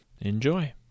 Enjoy